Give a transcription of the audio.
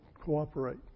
cooperate